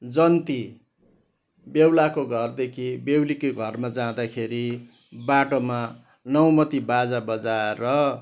जन्ती बेहुलाको घरदेखि बेहुलीको घरमा जाँदाखेरि बाटोमा नौमती बाजा बजाएर